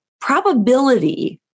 probability